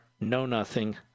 know-nothing